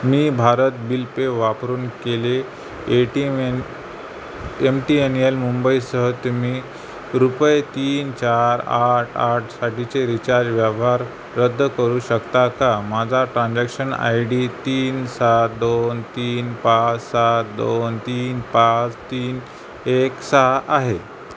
मी Bharat bill pay वापरून केलेले A T M A M T N L मुंबईसह तुम्ही रुपये तीन चार आठ आठसाठीचे रिचार्ज व्यवहार रद्द करू शकता का माझा ट्रान्झॅक्शन आय डी तीन सात दोन तीन पाच सात दोन तीन पाच तीन एक सहा आहे